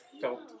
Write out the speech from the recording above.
felt